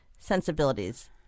sensibilities